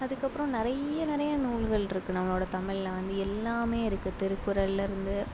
அதுக்கப்றம் நிறைய நிறைய நூல்கள் இருக்குது நம்மளோடய தமிழில் வந்து எல்லாம் இருக்குது திருக்குறள்லேருந்து